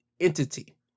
entity